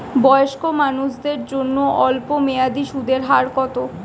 বয়স্ক মানুষদের জন্য স্বল্প মেয়াদে সুদের হার কত?